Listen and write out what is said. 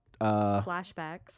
flashbacks